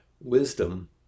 Wisdom